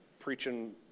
preaching